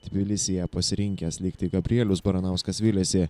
tbilisyje pasirinkęs likti gabrielius baranauskas viliasi